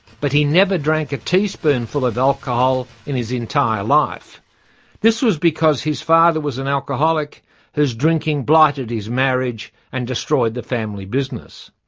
but he never drank a teaspoonful of alcohol in his life. this was because his father was an alcoholic whose drinking blighted his marriage and destroyed the family business.